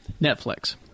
Netflix